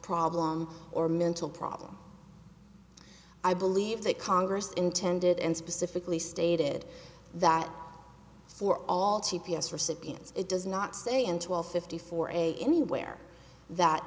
problem or mental problem i believe that congress intended and specifically stated that for all t p s recipients it does not say into all fifty four a anywhere that